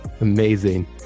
Amazing